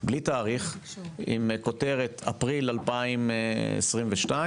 בלי תאריך עם כותרת: אפריל 2023,